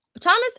Thomas